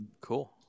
Cool